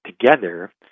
together